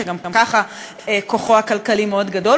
כשגם ככה כוחו הכלכלי מאוד גדול,